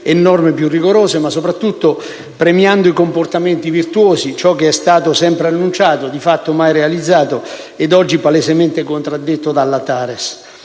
e norme più rigorose, ma soprattutto premiando i comportamenti virtuosi, ciò che è stato sempre annunciato, di fatto mai realizzato, ed oggi palesemente contraddetto dalla TARES.